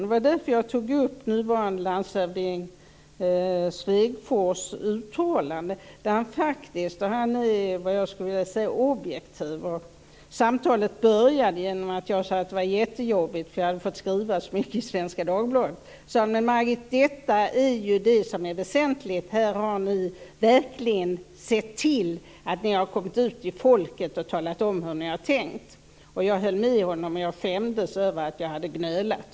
Det var därför jag tog upp nuvarande landshövding Svegfors uttalande. Jag skulle vilja säga att han är objektiv. Samtalet började med att jag sade att det var jättejobbigt eftersom jag hade fått skriva så mycket i Svenska Dagbladet. Då sade han: Men Margit, detta är ju det som är väsentligt. Här har ni verkligen sett till att ni har kommit ut till folket och talat om hur ni har tänkt. Jag höll med honom, och jag skämdes över att jag hade gnölat.